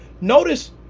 notice